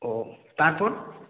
ও তারপর